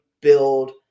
build